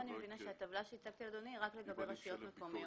הטבלה שהצגתי לאדוני היא רק לגבי רשויות מקומיות,